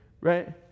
right